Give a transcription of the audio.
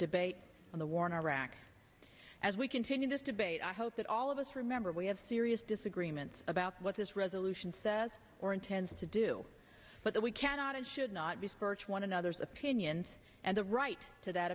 debate on the war in iraq as we can in this debate i hope that all of us remember we have serious disagreements about what this resolution says or intends to do but that we cannot and should not be scorch one another's opinions and the right to that